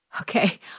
Okay